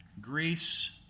Greece